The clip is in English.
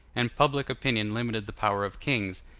and public opinion limited the power of kings,